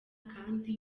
kandi